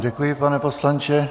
Děkuji vám, pane poslanče.